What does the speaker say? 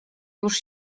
już